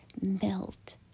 melt